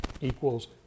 equals